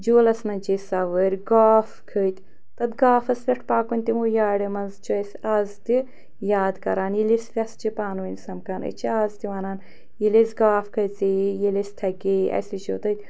جوٗلَس منٛز چے سَوٲرۍ گاف کھٔتۍ تَتھ گافَس پٮ۪ٹھ پَکُن تِمو یاریو منٛز چھِ أسۍ آز تہِ یاد کَران ییٚلہِ أسۍ وٮ۪سہٕ چھِ پانہٕ ؤنۍ سَمکھان أسۍ چھِ آز تہِ وَنان ییٚلہِ أسۍ گاف کھَژییے ییٚلہِ أسۍ تھَکییے اَسہِ وٕچھو تَتہِ